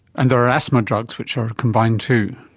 and there are asthma drugs which are combined too.